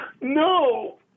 no